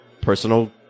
personal